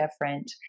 different